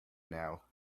now